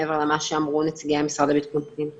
מעבר למה שאמרו נציגי המשרד לביטחון פנים.